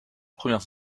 premières